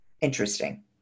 interesting